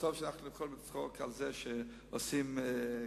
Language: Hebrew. וטוב שאנחנו יכולים לצחוק על זה שעושים הסגר,